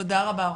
תודה רבה.